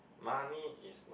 money is not